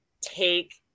take